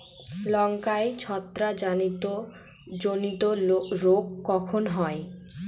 লঙ্কায় ছত্রাক জনিত রোগ কখন হয়?